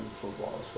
football